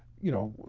you know,